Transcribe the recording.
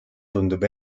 tundub